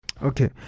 okay